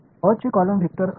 अ चे column vector असेल